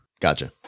Gotcha